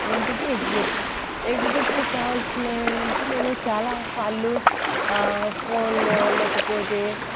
ఏమిటిది egg puff egg puff కావాల్సినవి ఏంటంటే నేను చాలా సార్లు ఫోన్లో లేకపోతే